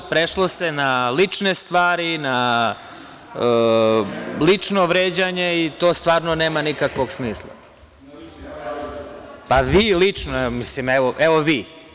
Prešlo se na lične stvari, na lično vređanje i to stvarno nema nikakvog smisla. (Đorđe Vukadinović: Ko je vređao?) Vi lično, evo vi.